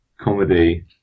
comedy